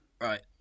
Right